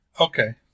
Okay